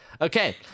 Okay